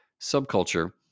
subculture